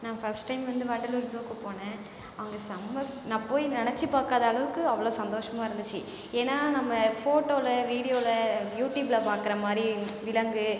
நான் first time வந்து வண்டலூர் ஜூக்கு போனேன் அங்கே செம்ம நான் போய் நினச்சி பார்க்காத அளவுக்கு அவ்வளோ சந்தோசமாக இருந்துச்சு ஏன்னா நம்ம ஃபோட்டோவில வீடியோவில யூட்யூப்ல பார்க்குற மாதிரி விலங்கு